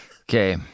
Okay